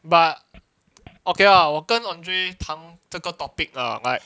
but okay lah 我跟 andre 谈这个 topic lah like